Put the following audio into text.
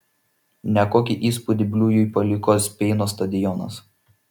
nekokį įspūdį bliujui paliko speino stadionas